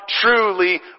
truly